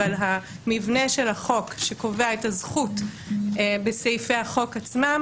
אבל המבנה של החוק שקובע את הזכות בסעיפי החוק עצמם